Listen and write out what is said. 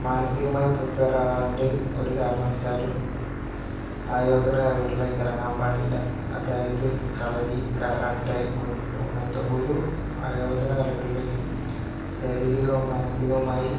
മാനസികമായി പ്രിപ്പെറാവാണ്ട് ഒരു കാരണവശാലും ആയോധന കലകളിലേക്ക് ഇറങ്ങാൻ പാടില്ല അതായത് കളരി കരാട്ടെ കുൻഫു അങ്ങനത്തെ ഒരു ആയോധന കലകളിലേക്കും ശാരീരികവും മാനസികവുമായി